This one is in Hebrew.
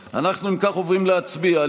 לא אמרתם שאתם מונעים בחירות רביעיות?